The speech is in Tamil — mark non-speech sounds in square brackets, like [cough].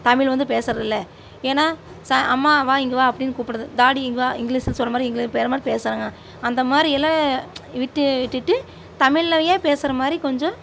தமிழ் வந்து பேசுறதில்லை ஏனால் ச அம்மா வா இங்கே வா அப்டின்னு கூப்பிடுது தாடி இங்கே வா இங்கிலீஸில் சொல்லுற மாதிரி [unintelligible] மாதிரி பேசுறாங்க அந்த மாதிரி எல்லா விட்டு விட்டுட்டு தமிழ்லையே பேசுகிற மாதிரி கொஞ்சம்